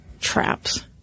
traps